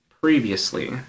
previously